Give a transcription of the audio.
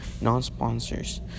non-sponsors